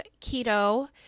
Keto